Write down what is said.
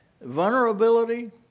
vulnerability